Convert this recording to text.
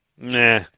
Nah